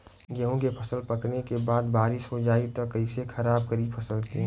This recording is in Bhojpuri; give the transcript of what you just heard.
गेहूँ के फसल पकने के बाद बारिश हो जाई त कइसे खराब करी फसल के?